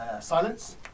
Silence